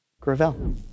Gravel